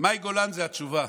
מאי גולן זו התשובה.